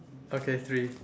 okay three